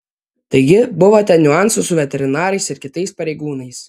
taigi buvo ten niuansų su veterinarais ir kitais pareigūnais